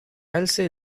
alce